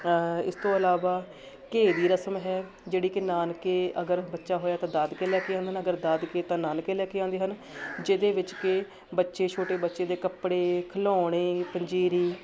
ਇਸ ਤੋਂ ਇਲਾਵਾ ਘੇ ਦੀ ਰਸਮ ਹੈ ਜਿਹੜੀ ਕਿ ਨਾਨਕੇ ਅਗਰ ਬੱਚਾ ਹੋਇਆ ਤਾਂ ਦਾਦਕੇ ਲੈ ਕੇ ਆਉਂਦਾ ਨਾ ਅਗਰ ਦਾਦਕੇ ਤਾਂ ਨਾਨਕੇ ਲੈ ਕੇ ਆਉਂਦੇ ਹਨ ਜਿਹਦੇ ਵਿੱਚ ਕਿ ਬੱਚੇ ਛੋਟੇ ਬੱਚੇ ਦੇ ਕੱਪੜੇ ਖਿਲੋਣੇ ਪੰਜੀਰੀ